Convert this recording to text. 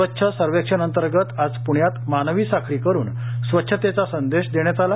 स्वच्छ सर्वेक्षण अंतर्गत आज पुण्यात मानवी साखळी करून स्वच्छतेचा संदेश देण्यात आला